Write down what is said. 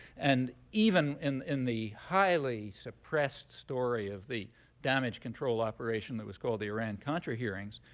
and even in in the highly-suppressed story of the damage-control operation that was called the iran-contra hearings,